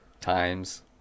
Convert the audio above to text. times